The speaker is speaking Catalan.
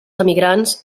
emigrants